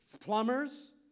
plumbers